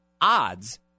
odds